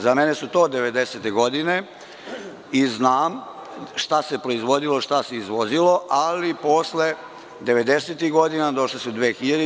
Za mene su to 90-te godine i znam šta se proizvodilo, šta se izvozilo, ali posle 90-tih godina došle su 2000.